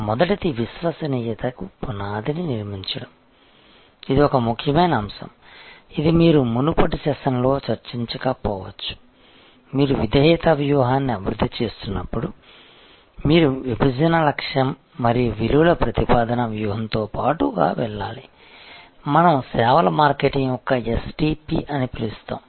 మొదటిది విశ్వసనీయతకు పునాదిని నిర్మించడం ఇది ఒక ముఖ్యమైన అంశం ఇది మీరు మునుపటి సెషన్లో చర్చించకపోవచ్చు మీరు విధేయత వ్యూహాన్ని అభివృద్ధి చేస్తున్నప్పుడు మీరు మీ విభజన లక్ష్యం మరియు విలువ ప్రతిపాదన వ్యూహంతో పాటుగా వెళ్లాలి మనం సేవల మార్కెటింగ్ యొక్క STP అని పిలుస్తాము